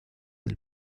del